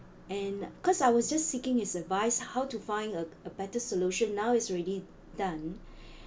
and cause I was just seeking his advice how to find a a better solution now is already done